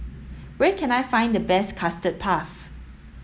where can I find the best custard puff